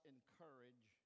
Encourage